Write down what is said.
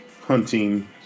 hunting